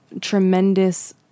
tremendous